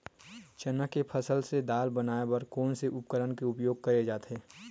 चना के फसल से दाल बनाये बर कोन से उपकरण के उपयोग करे जाथे?